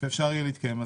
ואפשר יהיה להתקדם.